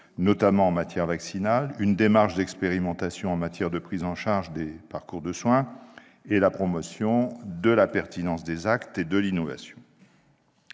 notamment en matière vaccinale, une démarche d'expérimentation en matière de prise en charge des parcours de soins et la promotion de la pertinence des actes et de l'innovation.